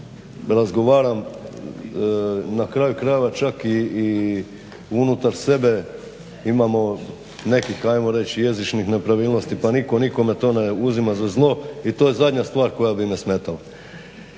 razgovaram na kraju krajeva čak i unutar sebe imamo nekih ajmo reći jezičnih nepravilnosti pa nitko nikome to ne uzima za zlo i to je zadnja stvar koja bi me smetala.